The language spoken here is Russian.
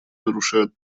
нарушают